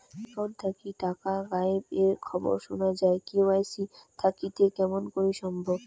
Account থাকি টাকা গায়েব এর খবর সুনা যায় কে.ওয়াই.সি থাকিতে কেমন করি সম্ভব?